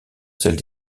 celle